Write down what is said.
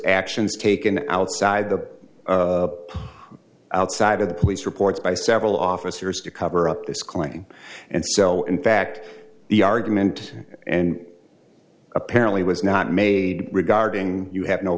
actions taken outside the outside of the police reports by several officers to cover up this calling and so in fact the argument and apparently was not made regarding you have no